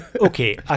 Okay